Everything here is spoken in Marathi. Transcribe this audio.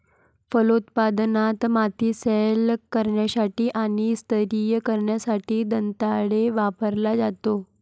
फलोत्पादनात, माती सैल करण्यासाठी आणि स्तरीय करण्यासाठी दंताळे वापरला जातो